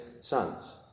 sons